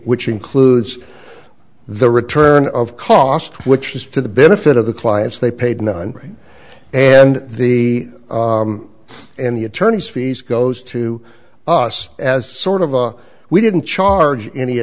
which includes the return of cost which is to the benefit of the clients they paid none and the and the attorney's fees goes to us as sort of a we didn't charge any